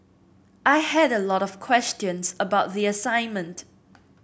I had a lot of questions about the assignment